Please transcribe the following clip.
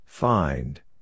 Find